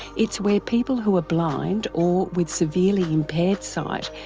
it's where people who are blind or with severely impaired sight,